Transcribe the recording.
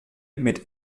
mit